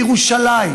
בירושלים,